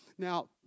Now